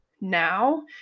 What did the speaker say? now